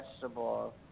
vegetables